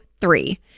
three